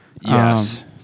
Yes